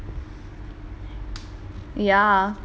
mathematics quiz ah நல்லாத்தான்இருந்துச்சு:nallaathaan irunthuchu